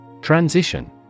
Transition